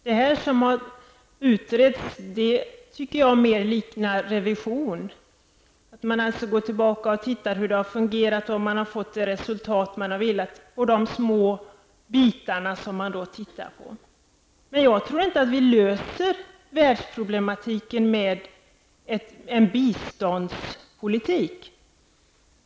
Det som har utretts tycker jag mer liknar revision, att man alltså går tillbaka och ser efter hur verksamheten har fungerat, om man har fått det resultat man har velat på de små bitar som utredarna tittar på. Men jag tror inte att vi löser världens problem med en biståndspolitik.